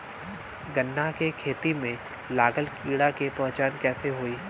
गन्ना के खेती में लागल कीड़ा के पहचान कैसे होयी?